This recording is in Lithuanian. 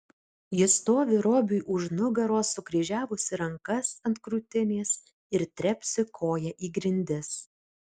ji stovi robiui už nugaros sukryžiavusi rankas ant krūtinės ir trepsi koja į grindis